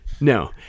No